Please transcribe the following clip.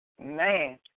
man